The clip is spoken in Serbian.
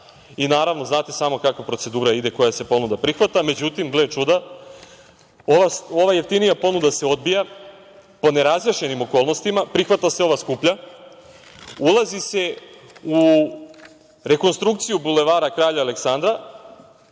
i, naravno, znate i sami kako procedura ide, koja se ponuda prihvata. Međutim, gle čuda, ova jeftinija ponuda se odbija pod nerazjašnjenim okolnostima, prihvata se ova skuplja, ulazi se u rekonstrukciju Bulevara kralja Aleksandra,